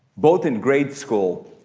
both in grade school,